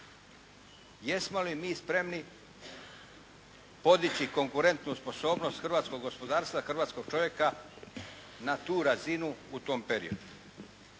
Jesmo li mi spremni podići konkurentnu sposobnost hrvatskog gospodarstva, hrvatskog čovjeka na tu razinu u tom periodu.